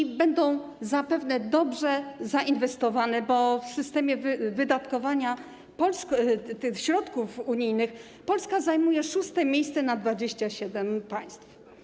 I będą zapewne dobrze zainwestowane, bo w systemie wydatkowania środków unijnych Polska zajmuje szóste miejsce na 27 państw.